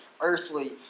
earthly